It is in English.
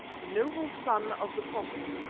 noble son of the prophet,